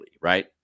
right